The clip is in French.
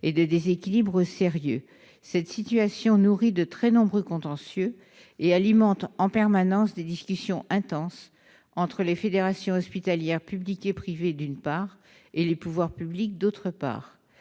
et de déséquilibres sérieux. Cette situation nourrit de très nombreux contentieux et alimente en permanence des discussions intenses entre les fédérations hospitalières publiques et privées, d'une part, et les pouvoirs publics, d'autre part.